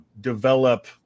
develop